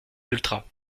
ultras